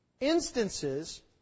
instances